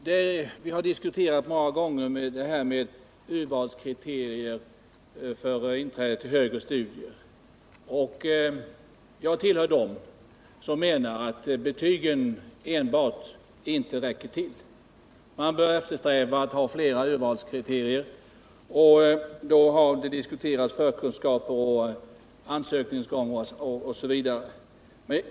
Herr talman! Vi har många gånger diskuterat frågan om urvalskriterierna för inträde till högre studier, och jag tillhör dem som menar att enbart betygen inte räcker till. Man bör eftersträva att ha fler urvalskriterier. Förkunskaper, arbetslivserfarenhet, ansökningsgång osv. har därvid diskuterats.